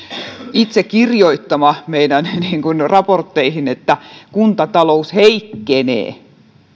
itse kirjoittama meidän raportteihin että kuntatalous heikkenee